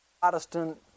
protestant